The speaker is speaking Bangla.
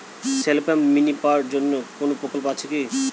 শ্যালো পাম্প মিনি পাওয়ার জন্য কোনো প্রকল্প আছে কি?